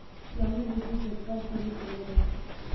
जानि बुझि के कर चोरी करलो जाय छै